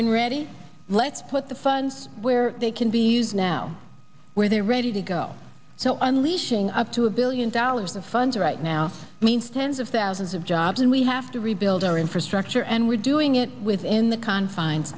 been ready let's put the funds where they can be used now where they're ready to go so unleashing up to a billion dollars of funds right now means tens of thousands of jobs and we have to rebuild our infrastructure and we're doing it within the confines